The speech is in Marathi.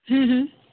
हं हं